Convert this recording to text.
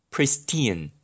Pristine